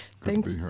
Thanks